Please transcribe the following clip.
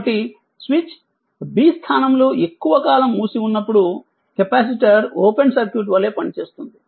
కాబట్టి switch B స్థానంలో ఎక్కువ కాలం మూసి ఉన్నప్పుడు కెపాసిటర్ ఓపెన్ సర్క్యూట్ వలె పనిచేస్తుంది